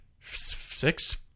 six